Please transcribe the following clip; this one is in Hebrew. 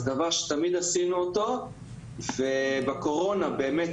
זה דבר שתמיד עשינו אותו ובקורונה באמת